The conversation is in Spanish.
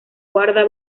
guarda